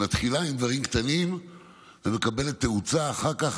היא מתחילה עם דברים קטנים ומקבלת תאוצה אחר כך,